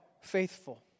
faithful